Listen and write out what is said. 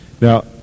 Now